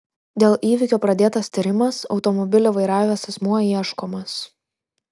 dėl įvykio pradėtas tyrimas automobilį vairavęs asmuo ieškomas